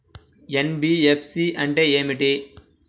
NBFC అంటే ఏమిటి?